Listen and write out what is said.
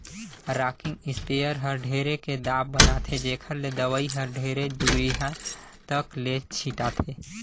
rocking sprayer हर ढेरे के दाब बनाथे जेखर ले दवई हर ढेरे दुरिहा तक ले छिटाथे